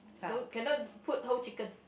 don't cannot put whole chicken